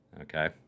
Okay